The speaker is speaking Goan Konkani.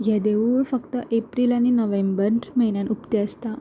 हे देवूळ फक्त एप्रील आनी नोव्हेंबर म्हयन्यान उकते आसता